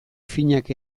finak